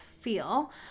feel